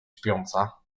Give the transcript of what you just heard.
śpiąca